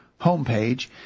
homepage